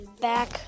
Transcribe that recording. back